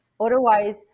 otherwise